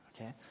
okay